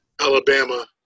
Alabama